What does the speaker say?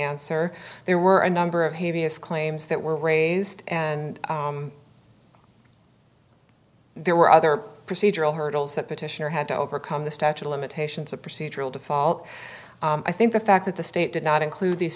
answer there were a number of habeas claims that were raised and there were other procedural hurdles that petitioner had to overcome the statue of limitations a procedural default i think the fact that the state did not include these